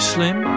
Slim